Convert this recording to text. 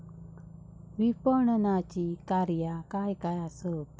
विपणनाची कार्या काय काय आसत?